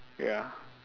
ya